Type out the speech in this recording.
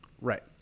Right